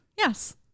Yes